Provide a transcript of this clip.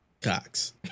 cox